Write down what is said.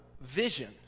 vision